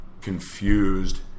confused